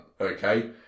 okay